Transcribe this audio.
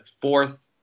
fourth